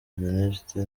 venuste